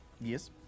Yes